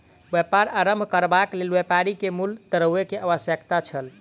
व्यापार आरम्भ करबाक लेल व्यापारी के मूल द्रव्य के आवश्यकता छल